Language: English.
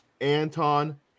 Anton